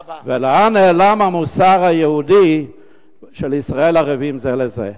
לאן נעלם המוסר היהודי של ישראל ערבים זה לזה?